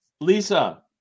Lisa